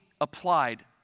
applied